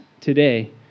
today